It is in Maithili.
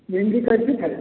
भिंडी कैसे छै